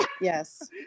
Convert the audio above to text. Yes